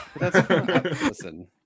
Listen